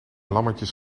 lammetjes